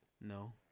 No